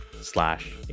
slash